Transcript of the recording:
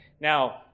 Now